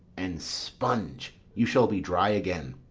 and, sponge, you shall be dry again.